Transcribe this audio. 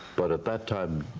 but at that time